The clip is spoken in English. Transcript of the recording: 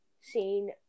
seen